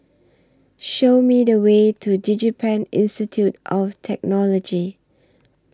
Show Me The Way to Digipen Institute of Technology